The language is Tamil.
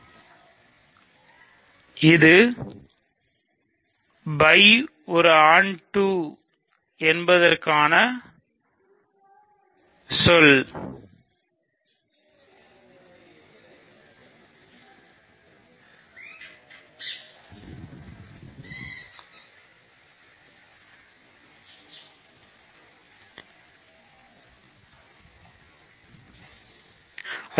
இதுது φ onto என்பதற்கான மற்றொரு சொல்